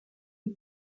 qui